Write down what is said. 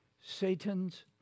Satan's